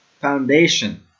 foundation